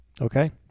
Okay